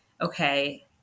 Okay